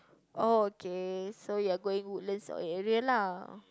oh okay so you are going Woodlands area lah